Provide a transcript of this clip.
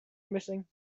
missing